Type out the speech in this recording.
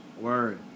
word